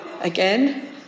Again